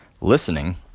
listening